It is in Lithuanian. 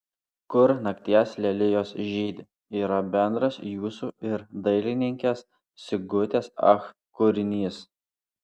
kur nakties lelijos žydi yra bendras jūsų ir dailininkės sigutės ach kūrinys